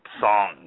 song